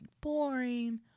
boring